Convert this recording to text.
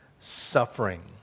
suffering